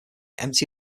empty